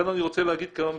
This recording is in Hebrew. כאן אני רוצה להגיד כמה מילים.